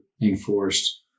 enforced